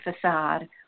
facade